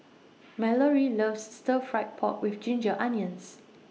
Mallory loves Stir Fry Pork with Ginger Onions